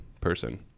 person